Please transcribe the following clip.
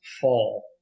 fall